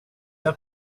der